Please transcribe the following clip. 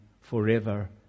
forever